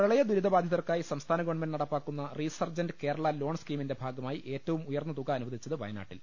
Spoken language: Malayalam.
പ്രളയ ദുരിതബാധിതർക്കായി സംസ്ഥാന ഗവൺമെന്റ് നടപ്പാക്കുന്ന റീ സർജന്റ് കേരള ലോൺ സ്കീമിന്റെ ഭാഗമായി ഏറ്റവും ഉയർന്ന തുക അനുവദിച്ചത് വയനാട്ടിൽ